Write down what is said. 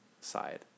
side